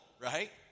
right